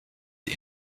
die